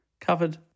covered